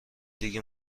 دیگه